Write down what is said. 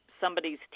somebody's